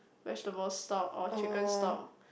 vegetables stock or chicken stock